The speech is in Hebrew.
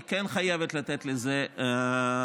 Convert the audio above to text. היא חייבת לתת לזה מענה.